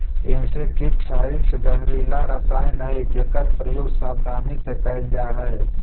insecticides जहरीला रसायन हई जेकर प्रयोग सावधानी से कैल जा हई